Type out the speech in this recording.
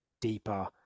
deeper